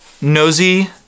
Nosy